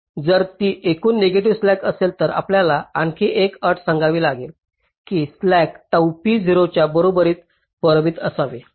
एक गोष्ट नमूद केली जात नाही जर ती एकूण नेगेटिव्ह स्लॅक असेल तर आपल्याला आणखी एक अट सांगावी लागेल की स्लॅक टाऊ p 0 च्या बरोबर बरोबर बरोबर असावे